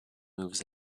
moves